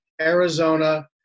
Arizona